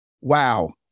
Wow